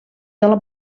dalla